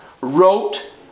wrote